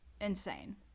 Insane